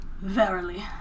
Verily